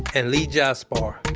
and lee jasper